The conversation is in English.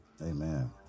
Amen